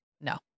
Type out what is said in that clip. no